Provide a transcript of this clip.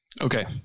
Okay